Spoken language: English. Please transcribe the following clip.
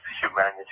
humanity